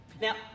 Now